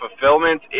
fulfillment